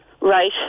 Right